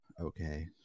okay